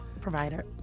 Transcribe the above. provider